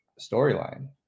storyline